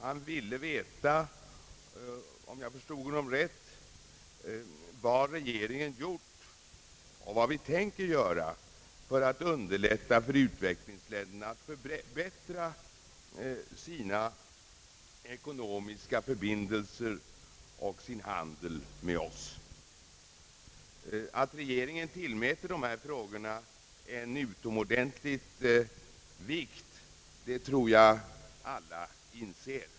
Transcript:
Han ville veta — om jag förstod honom rätt — vad regeringen har gjort och vad regeringen tänker göra för att underlätta för utvecklingsländerna att förbättra sina ekonomiska förbindelser och sin handel med oss. Att regeringen tillmäter dessa frågor en utomordentlig vikt tror jag alla inser.